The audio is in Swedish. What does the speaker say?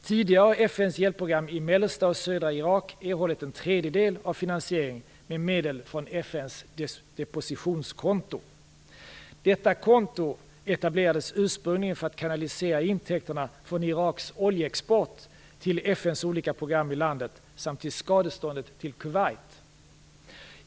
Tidigare har FN:s hjälpprogram i mellersta och södra Irak erhållit en tredjedel av finansieringen med medel från FN:s depositionskonto. Detta konto etablerades ursprungligen för att kanalisera intäkterna från Iraks oljeexport till FN:s olika program i landet samt till skadeståndet till Kuwait.